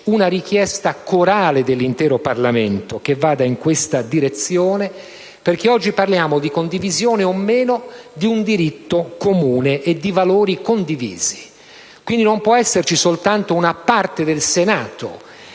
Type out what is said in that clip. una richiesta corale dell'intero Parlamento che vada in questa direzione, perché oggi parliamo di condivisione o no di un diritto comune e di valori condivisi. Quindi, non può esserci soltanto una parte del Senato